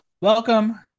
Welcome